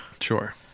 sure